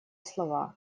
слова